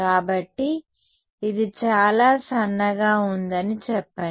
కాబట్టి ఇది చాలా సన్నగా ఉందని చెప్పండి